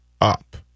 up